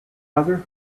other